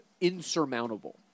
insurmountable